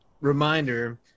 reminder